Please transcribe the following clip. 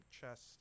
chest